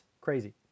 Crazy